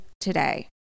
today